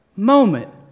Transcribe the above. moment